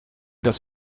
das